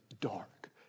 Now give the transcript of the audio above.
dark